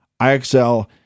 ixl